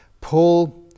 Paul